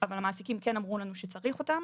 אבל המעסיקים כן אמרו לנו שצריך אותם,